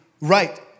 right